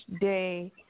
day